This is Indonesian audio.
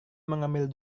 mengambil